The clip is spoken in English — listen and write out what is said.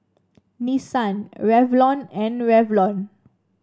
Nissan Revlon and Revlon